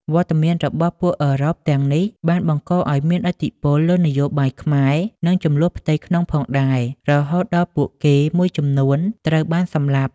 វត្តមានរបស់ពួកអឺរ៉ុបទាំងនេះបានបង្កឱ្យមានឥទ្ធិពលលើនយោបាយខ្មែរ និងជម្លោះផ្ទៃក្នុងផងដែរ រហូតដល់ពួកគេមួយចំនួនត្រូវបានសម្លាប់។